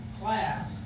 class